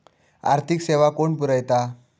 आर्थिक सेवा कोण पुरयता?